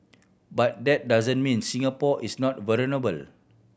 but that doesn't mean Singapore is not vulnerable